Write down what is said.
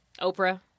Oprah